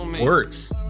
works